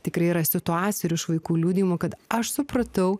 tikrai yra situacijų ir iš vaikų liudijimų kad aš supratau